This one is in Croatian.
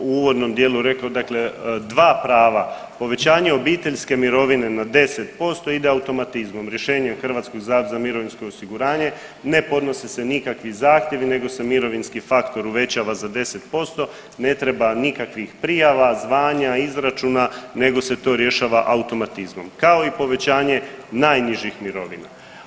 Nisam u uvodnom dijelu rekao, dakle 2 prava, povećavanje obiteljske mirovine na 10% ide automatizmom, rješenjem HZMO-a, ne podnose se nikakvi zahtjevi nego se mirovinski faktor uvećava za 10%, ne treba nikakvih prijava, zvanja, izračuna, nego se to rješava automatizmom, kao i povećanje najnižih mirovina.